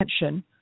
attention